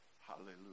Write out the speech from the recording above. Hallelujah